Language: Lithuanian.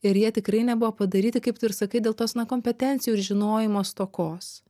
ir jie tikrai nebuvo padaryti kaip tu ir sakai dėl tos na kompetencijų ir žinojimo stokos